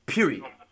Period